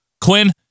Quinn